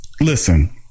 Listen